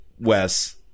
Wes